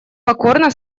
покорно